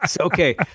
okay